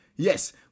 Yes